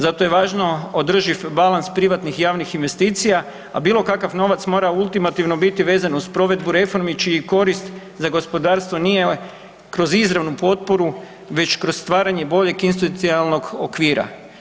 Zato je važno održiv balans privatnih i javnih investicija, a bilo kakav novac mora ultimativno biti vezan uz provedbu reformi čiji korist za gospodarstvo nije kroz izravnu potporu već kroz stvaranje boljeg institucionalnog okvira.